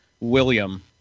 William